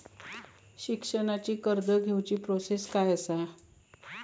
शिक्षणाची कर्ज घेऊची प्रोसेस काय असा?